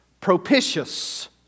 Propitious